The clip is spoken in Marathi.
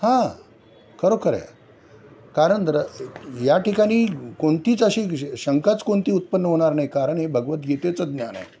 हां खरोखर आहे कारण दर या ठिकाणी कोणतीच अशी शंकाच कोणती उत्पन्न होणार नाही कारण हे भगवद्गीतेचं ज्ञान आहे